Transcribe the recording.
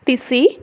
T C